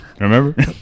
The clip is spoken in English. Remember